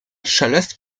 szelest